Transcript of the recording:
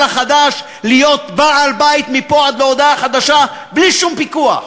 החדש להיות בעל-בית מפה ועד הודעה חדשה בלי שום פיקוח.